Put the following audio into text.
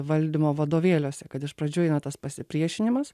valdymo vadovėliuose kad iš pradžių eina tas pasipriešinimas